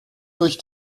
durch